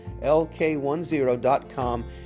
lk10.com